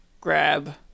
grab